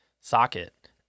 socket